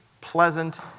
pleasant